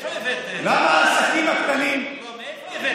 למה העסקים הקטנים, מאיפה הבאת את זה?